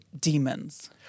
Demons